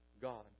God